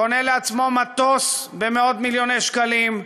קונה לעצמו מטוס במאות-מיליוני שקלים,